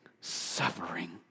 suffering